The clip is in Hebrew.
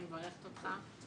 אני מברכת אותך,